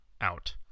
out